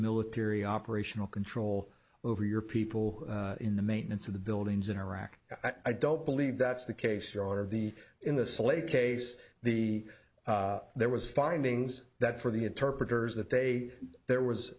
military operational control over your people in the maintenance of the buildings in iraq i don't believe that's the case you're out of the in the sleigh case the there was findings that for the interpreters that they there was